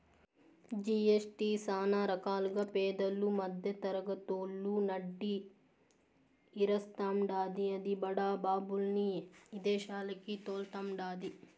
GST సానా రకాలుగా పేదలు, మద్దెతరగతోళ్ళు నడ్డి ఇరస్తాండాది, అది బడా బాబుల్ని ఇదేశాలకి తోల్తండాది